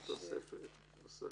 כל התוספת.